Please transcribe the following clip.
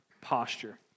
posture